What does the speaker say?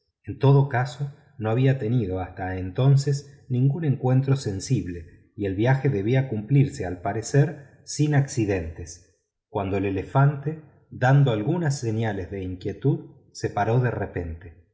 en todo caso no había tenido hasta entonces ningún encuentro sensible y el viaje debía cumplirse al parecer sin accidentes cuando el elefante dando algunas señales de inquietud se paró de repente